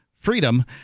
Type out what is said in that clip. freedom